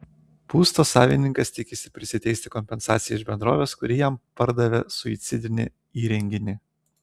būsto savininkas tikisi prisiteisti kompensaciją iš bendrovės kuri jam pardavė suicidinį įrenginį